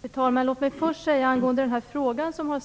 Fru talman! Låt mig först säga angående den fråga som